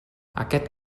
aquest